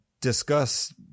discuss